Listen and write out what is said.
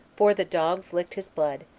for the dogs licked his blood,